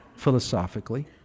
philosophically